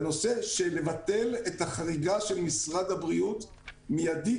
לבטל את החריגה של משרד הבריאות באופן מיידי